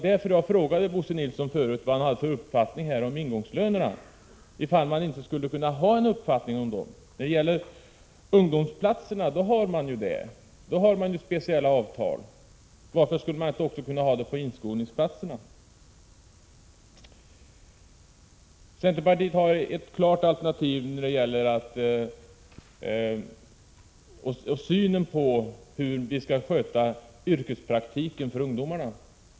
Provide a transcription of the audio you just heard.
Därför frågar jag Bo Nilsson om hans uppfattning om ingångslönerna, om man inte skulle kunna ha en uppfattning om dessa. När det gäller ungdomsplatserna har man ju speciella avtal. Varför skulle man inte kunna ha detsamma när det gäller inskolningsplatserna? Centerpartiet har ett klart alternativ i fråga om synen på hur vi bör hantera yrkespraktiken för ungdomarna.